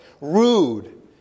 Rude